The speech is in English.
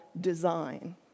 design